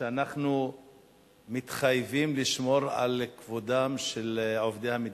שאנחנו מתחייבים לשמור על כבודם של עובדי המדינה.